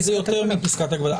זה יותר מפסקת הגבלה.